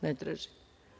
Ne tražite.